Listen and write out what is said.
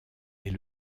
est